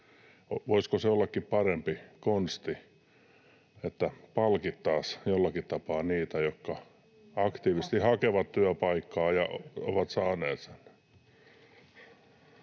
Voisiko se ollakin parempi konsti, että palkittaisiin jollakin tapaa niitä, jotka aktiivisesti hakevat työpaikkaa ja ovat saaneet sen?